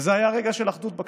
וזה היה רגע של אחדות בכנסת.